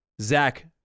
Zach